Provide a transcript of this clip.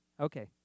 Okay